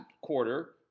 quarter